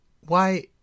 Why